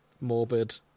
morbid